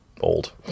old